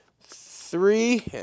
three